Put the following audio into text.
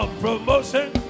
promotion